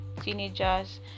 teenagers